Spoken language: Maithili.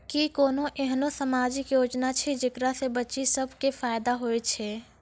कि कोनो एहनो समाजिक योजना छै जेकरा से बचिया सभ के फायदा होय छै?